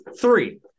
three